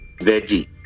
veggie